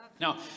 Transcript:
Now